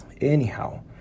Anyhow